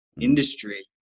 industry